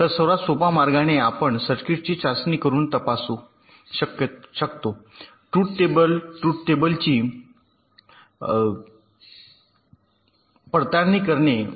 तर सर्वात सोपा मार्गाने आपण सर्किटची चाचणी करून तपासू शकतो ट्रुथ टेबल ट्रुथ टेबल्सची पडताळणी करणे म्हणजे आम्ही एनआर इनपुट आणि एनर्जीवर सर्व दोन लागू करू शकतो आउटपुट योग्य आहे की नाही ते तपासा